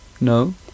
no